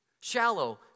Shallow